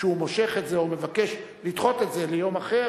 שהוא מושך את זה או מבקש לדחות את זה ליום אחר,